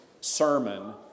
sermon